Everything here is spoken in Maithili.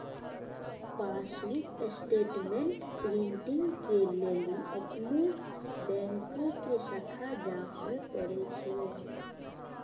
पासबुक स्टेटमेंट प्रिंटिंग के लेली अपनो बैंको के शाखा जाबे परै छै